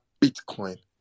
Bitcoin